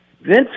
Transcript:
Vince